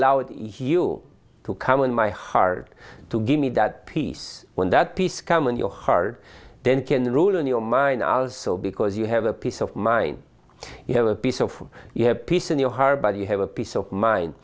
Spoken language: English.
allow it you to come in my heart to give me that peace when that peace come in your heart then can rule in your mind as so because you have a peace of mind you have a piece of you have peace in your heart but you have a peace of mind